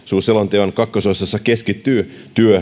tulevaisuusselonteon kakkososassa keskittyy työhön